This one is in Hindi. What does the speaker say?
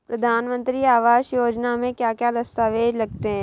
प्रधानमंत्री आवास योजना में क्या क्या दस्तावेज लगते हैं?